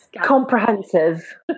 comprehensive